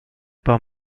par